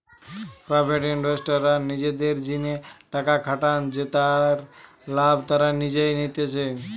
private ইনভেস্টররা নিজেদের জিনে টাকা খাটান জেতার লাভ তারা নিজেই নিতেছে